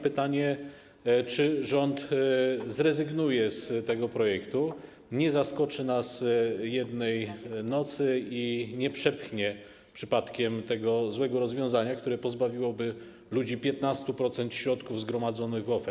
Pytanie: Czy rząd zrezygnuje z tego projektu, nie zaskoczy nas jednej nocy i nie przepchnie przypadkiem tego złego rozwiązania, które pozbawiłoby ludzi 15% środków zgromadzonych w OFE?